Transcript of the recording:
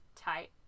tight